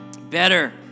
better